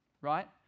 right